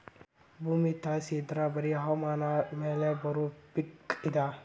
ಭೂಮಿ ತಳಸಿ ಇದ್ರ ಬರಿ ಹವಾಮಾನ ಮ್ಯಾಲ ಬರು ಪಿಕ್ ಇದ